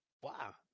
Wow